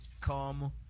come